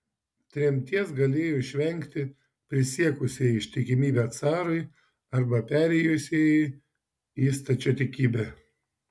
tremties galėjo išvengti prisiekusieji ištikimybę carui arba perėjusieji į stačiatikybę